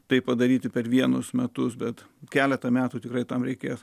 tai padaryti per vienus metus bet keletą metų tikrai tam reikės